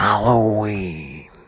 Halloween